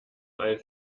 ein